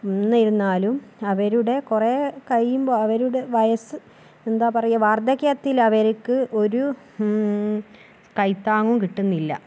എന്നിരുന്നാലും അവരുടെ കുറെ കഴിയുമ്പോൾ അവരുടെ വയസ്സ് എന്താ പറയുക വാർദ്ധക്യത്തിൽ അവർക്ക് ഒരു കൈത്താങ്ങും കിട്ടുന്നില്ല